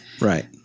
right